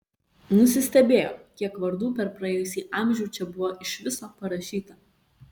nusistebėjo kiek vardų per praėjusį amžių čia buvo iš viso parašyta